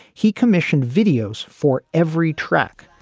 he commissioned videos for every track,